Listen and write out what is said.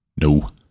No